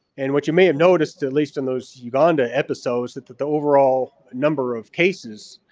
and what you may have noticed, at least in those uganda episodes, that that the overall number of cases